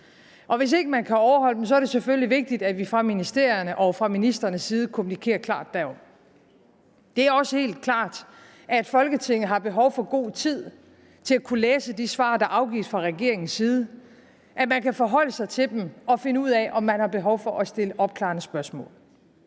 og hvis ikke man kan overholde dem, er det selvfølgelig vigtigt, at vi fra ministerierne og ministrenes side kommunikerer klart derom. Det er også helt klart, at Folketinget har behov for god tid til at kunne læse de svar, der afgives fra regeringens side, så man kan forholde sig til dem og finde ud af, om man har behov for at stille opklarende spørgsmål.